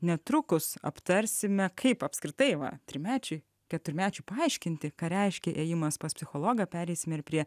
netrukus aptarsime kaip apskritai va trimečiui keturmečiui paaiškinti ką reiškia ėjimas pas psichologą pereisime ir prie